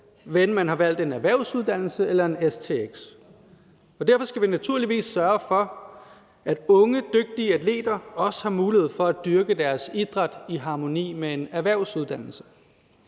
enten man har valgt en erhvervsuddannelse eller en stx. Og derfor skal vi naturligvis sørge for, at unge dygtige atleter også har mulighed for at dyrke deres idræt i harmoni med en erhvervsuddannelse.